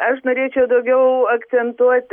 aš norėčiau daugiau akcentuot